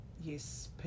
yes